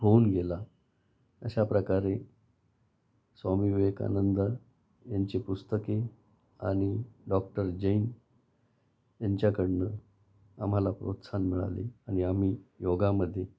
होऊन गेला अशा प्रकारे स्वामी विवेकानंद यांची पुस्तके आणि डॉक्टर जैन यांच्याकडून आम्हाला प्रोत्साहन मिळाले आणि आम्ही योगामध्ये